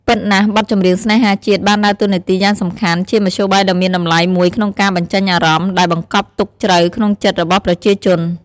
ពិតណាស់បទចម្រៀងស្នេហាជាតិបានដើរតួនាទីយ៉ាងសំខាន់ ជាមធ្យោបាយដ៏មានតម្លៃមួយក្នុងការ បញ្ចេញអារម្មណ៍ ដែលបង្កប់ទុកជ្រៅក្នុងចិត្តរបស់ប្រជាជន។